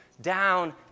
Down